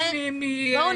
הפרמטרים צריך